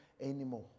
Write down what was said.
anymore